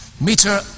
Meter